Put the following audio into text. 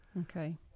Okay